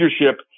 leadership